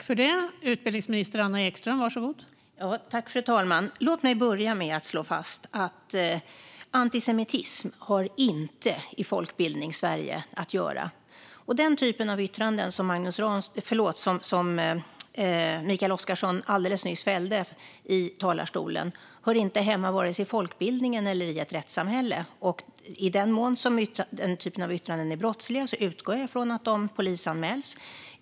Fru talman! Låt mig börja med att slå fast att antisemitism inte har i Folkbildningssverige att göra. Den typen av yttranden som Mikael Oscarsson alldeles nyss återgav i talarstolen hör inte hemma vare sig i folkbildningen eller i ett rättssamhälle. I den mån den typen av yttranden är brottsliga utgår jag från att de polisanmäls.